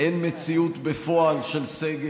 מציאות בפועל של סגר.